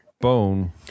bone